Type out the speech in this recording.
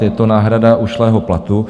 Je to náhrada ušlého platu.